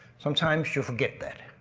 sometimes you forget that.